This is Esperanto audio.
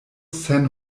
sen